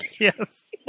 Yes